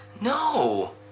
No